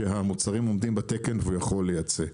שהמוצרים עומדים בתקן והוא יכול לייצא.